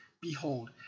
behold